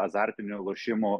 azartinių lošimų